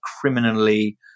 criminally